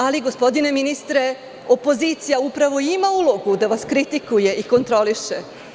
Ali, gospodine ministre, opozicija upravo ima ulogu da vas kritikuje i kontroliše.